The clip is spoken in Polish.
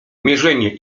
mierzenie